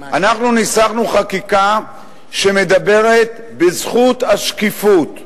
ניסחנו חקיקה שמדברת בזכות השקיפות.